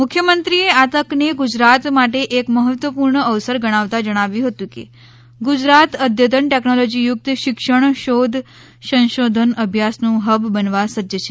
મુખ્યમંત્રીએ આ તકને ગુજરાત માટે એક મહત્વપૂર્ણ અવસર ગણાવતાં જણાવ્યું હતું કે ગુજરાત અદ્યતન ટેકનોલોજીયુકત શિક્ષણ શોધ સંશોધન અભ્યાસનું હબ બનવા સજ્જ છે